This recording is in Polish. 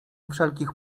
wszelkich